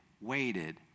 waited